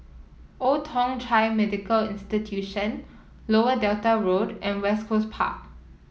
Old Thong Chai Medical Institution Lower Delta Road and West Coast Park